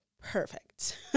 perfect